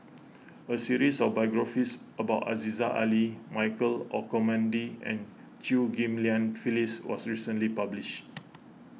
a series of biographies about Aziza Ali Michael Olcomendy and Chew Ghim Lian Phyllis was recently published